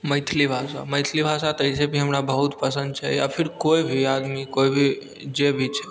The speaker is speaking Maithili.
मैथिली भाषा मैथिली भाषा तऽ ऐसे भी हमरा बहुत पसंद छै या फिर केओ भी आदमी केओ भी जे भी छै